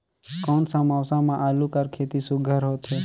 कोन सा मौसम म आलू कर खेती सुघ्घर होथे?